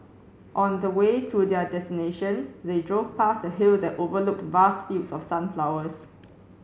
on the way to their destination they drove past the hill that overlooked vast fields of sunflowers